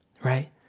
right